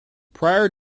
prior